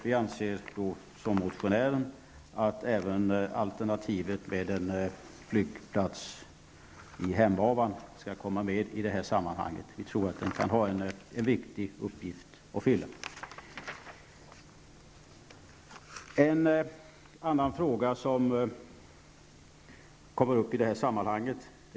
Vi anser liksom motionären att även alternativet med en flygplats i Hemavan skall komma med i det här sammanhanget. Vi tror att en flygplats där kan ha en viktig uppgift att fylla.